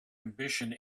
ambition